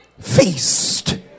Feast